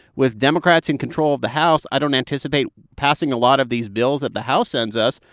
with democrats in control of the house, i don't anticipate passing a lot of these bills that the house sends us.